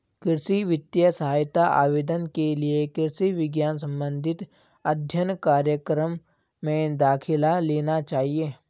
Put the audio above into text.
कृषि वित्तीय सहायता आवेदन के लिए कृषि विज्ञान संबंधित अध्ययन कार्यक्रम में दाखिला लेना चाहिए